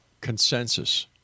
consensus